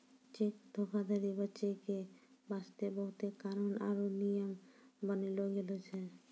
cheque धोखाधरी बचै के बास्ते बहुते कानून आरु नियम बनैलो गेलो छै